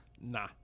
Nah